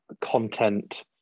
content